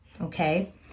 okay